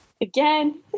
Again